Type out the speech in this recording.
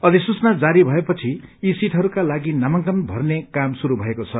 अधिसूचना जारी भएपछि यी सीटहरूका लागि नामाकनन भर्ने काम शुरू भएको छ